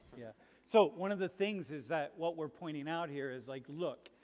yeah so one of the things is that what we're pointing out here is like, look,